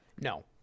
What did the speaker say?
No